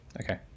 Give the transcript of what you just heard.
okay